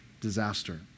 disaster